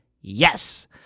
Yes